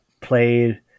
played